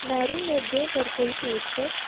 मैरिनेडें पर कोई पेशकश